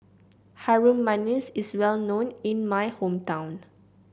Harum Manis is well known in my hometown